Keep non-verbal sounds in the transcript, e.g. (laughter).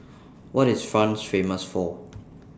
(noise) What IS France Famous For (noise)